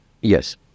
yes